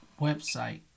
website